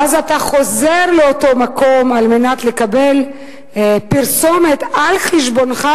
ואז אתה חוזר לאותו מקום על מנת לקבל פרסומת על חשבונך,